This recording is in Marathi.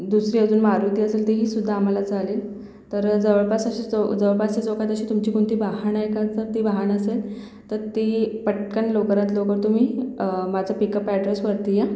दुसरी अजून मारुती असेल तीही सुद्धा आम्हाला चालेल तर जवळपास असे चौ जवळपासच्या चौकात अशी तुमची कोणती वाहानं आहेत का तर ते वाहान असेल तर तेही पटकन लवकरात लवकर तुम्ही माझं पिकअप अॅड्रेसवरती या